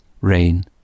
rain